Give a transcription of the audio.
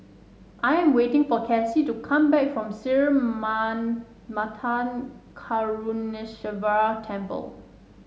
I am waiting for Casie to come back from Sri man Karuneshvarar Temple